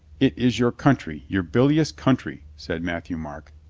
it is your country, your bilious country, said matthieu-marc.